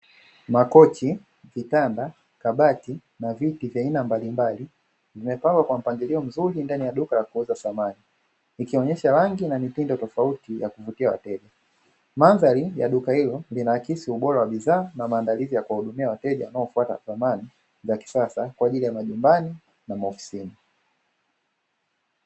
Makochi, kitanda, kabati na viti vya aina mbalimbali, vimepangwa kwa mpangilio mzuri ndani ya duka la kuuza samani, ikionyesha rangi na mitindo tofauti ya kuvutia wateja. Mandhari ya duka hilo linaakisi ubora wa bidhaa na maandalizi ya kuwahudumia wateja wanaofuata samani za kisasa kwa ajili ya majumbani na maofisini.